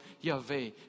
Yahweh